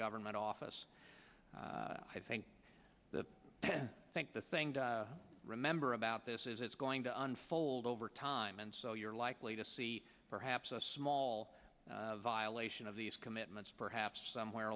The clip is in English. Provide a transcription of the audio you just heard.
government office i think the i think the thing to remember about this is it's going to unfold over time and so you're likely to see perhaps a small violation of these commitments perhaps somewhere